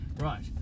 Right